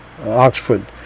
Oxford